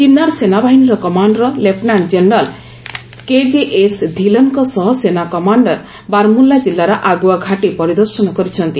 ଚିନାର ସେନାବାହିନୀର commander lieutenant general KJS ଧିଲନ୍ଙ୍କ ସହ ସେନା କମାଣ୍ଡର ବାରମୁଲ୍ଲା ଜିଲ୍ଲାର ଆଗୁଆ ଘାଟୀ ପରିଦର୍ଶନ କରିଛନ୍ତି